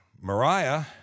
Mariah